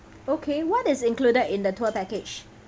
okay what is included in the tour package